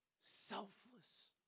Selfless